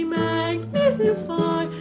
magnify